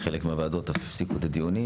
חלק מהוועדות אף הפסיקו את הדיונים,